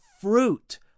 fruit